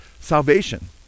salvation